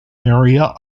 area